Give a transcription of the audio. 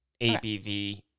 ABV